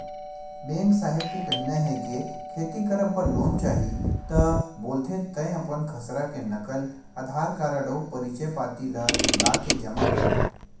bank साहेब के कहिना हे के खेती करब बर लोन चाही ता बोलथे तंय अपन खसरा के नकल, अधार कारड अउ परिचय पाती ल लाके जमा कर